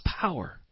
power